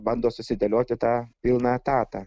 bando susidėlioti tą pilną etatą